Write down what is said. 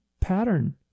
pattern